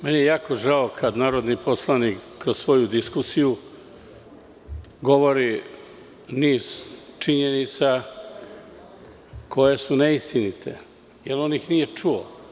Meni je jako žao kad narodi poslanik kroz svoju diskusiju govori niz činjenica koje su neistinite, jer on ih nije čuo.